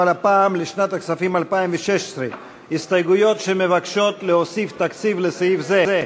אבל הפעם לשנת הכספים 2016. הסתייגויות שמבקשות להוסיף תקציב לסעיף זה,